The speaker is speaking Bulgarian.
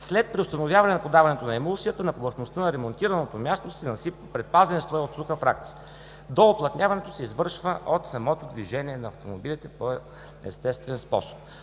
След преустановяване на подаването на емулсията, на повърхността на ремонтираното място се насипва предпазен слой от суха фракция. Доуплътняването се извършва от самото движение на автомобилите по естествен способ.